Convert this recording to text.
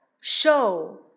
show